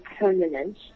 permanent